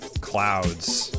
Clouds